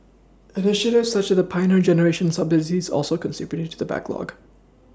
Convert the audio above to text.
initiatives such as the Pioneer generation subsidies also contributed to the backlog